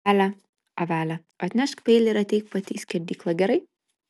avele avele atnešk peilį ir ateik pati į skerdyklą gerai